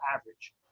average